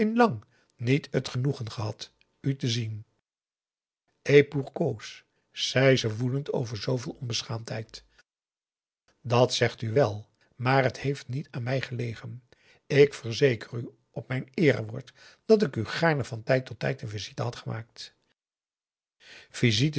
niet t genoegen gehad u te zien et p o u r c a u s e zei ze woedend over zooveel onbeschaamdheid dat zegt u wèl maar t heeft niet aan mij gelegen ik verzeker u op mijn eerewoord dat ik u gaarne van tijd tot tijd een visite had gemaakt